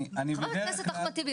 אני בדרך כלל --- חבר הכנסת אחמד טיבי,